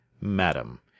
madam